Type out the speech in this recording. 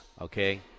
Okay